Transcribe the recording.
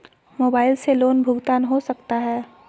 Mobile से loan भुगतान हो सकता है?